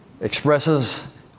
expresses